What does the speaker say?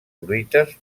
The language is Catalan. fruites